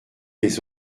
les